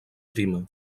prima